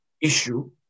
issue